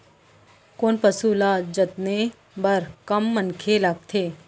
कोन पसु ल जतने बर कम मनखे लागथे?